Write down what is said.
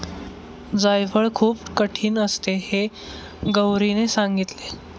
जायफळ खूप कठीण असते हे गौरीने सांगितले